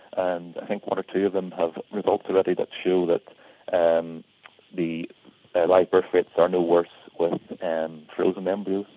and i think one or two of them have results already that show that and the live like birth rates are no worse with and frozen embryos.